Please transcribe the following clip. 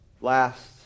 Last